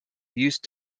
used